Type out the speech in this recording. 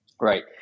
right